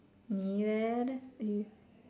நீ வேறே:nii veeree !aiyo!